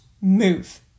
move